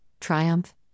triumph